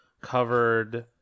covered